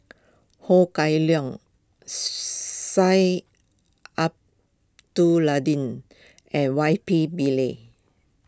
Ho Kah Leong and Y P Pillay